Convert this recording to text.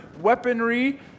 weaponry